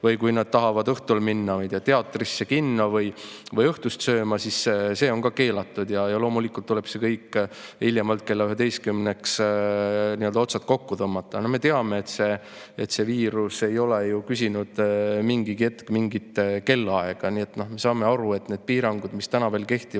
Või kui nad tahavad õhtul minna teatrisse, kinno või õhtust sööma, siis see on ka keelatud. Ja loomulikult tuleb hiljemalt kella 23-ks otsad kokku tõmmata. Aga me teame, et see viirus ei ole küsinud [ühelgi] hetkel mingit kellaaega. Me saame aru, et need piirangud, mis täna veel kehtivad,